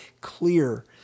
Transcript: clear